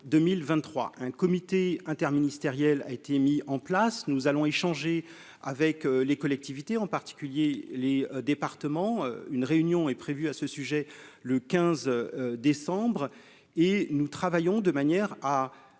un comité interministériel a été mis en place, nous allons échanger avec les collectivités, en particulier les départements, une réunion est prévue à ce sujet le 15 décembre et nous travaillons de manière à